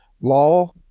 law